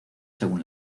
según